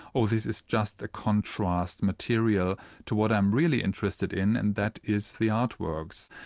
oh, this is just a contrast material to what i'm really interested in and that is the artworks.